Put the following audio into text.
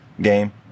game